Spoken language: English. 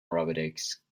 robotics